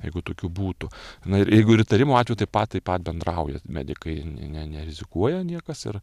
jeigu tokių būtų na ir jeigu įtarimų atveju taip pat taip pat bendrauja medikai ne ne nerizikuoja niekas ir